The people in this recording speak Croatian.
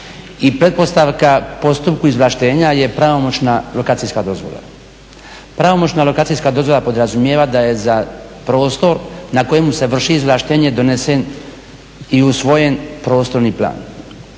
i pretpostavka postupku izvlaštenja je pravomoćna lokacijska dozvola. Pravomoćna lokacijska dozvola podrazumijeva da je za prostor na kojemu se vrši izvlaštenje donesen i usvojen prostorni plan